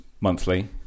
monthly